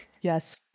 Yes